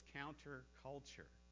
counterculture